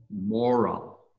moral